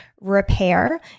repair